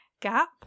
gap